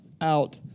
out